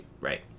Right